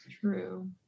True